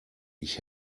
ich